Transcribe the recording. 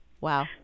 Wow